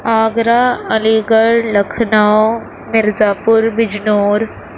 Agra Aligarh Lucknow Mirzapur Bijnor